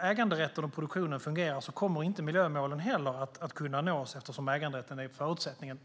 äganderätten och produktionen fungerar kommer inte miljömålen att kunna nås eftersom äganderätten är förutsättningen.